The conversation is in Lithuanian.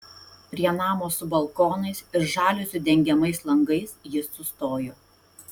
prie namo su balkonais ir žaliuzių dengiamais langais jis sustojo